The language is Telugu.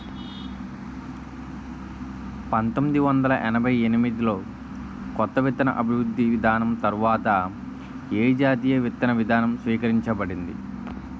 పంతోమ్మిది వందల ఎనభై ఎనిమిది లో కొత్త విత్తన అభివృద్ధి విధానం తర్వాత ఏ జాతీయ విత్తన విధానం స్వీకరించబడింది?